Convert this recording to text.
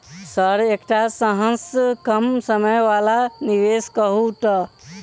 Sir एकटा सबसँ कम समय वला निवेश कहु तऽ?